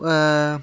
உஹ்